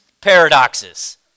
Paradoxes